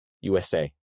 USA